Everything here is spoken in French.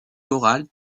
chorale